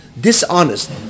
dishonest